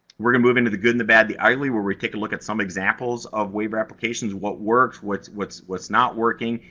we're gonna move into the good, and the bad, the ugly, where we take a look at some examples of waiver applications what works, what's what's not working,